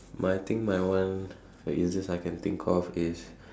but I think my one the easiest I can think of is